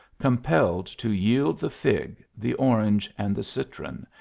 com pelled to yield the fig, the orange, and the citron,